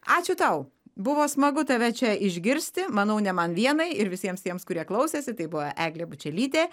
ačiū tau buvo smagu tave čia išgirsti manau ne man vienai ir visiems tiems kurie klausėsi tai buvo eglė bučelytė